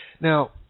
Now